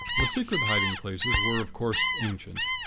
the secret hiding paces were, of course, ancient.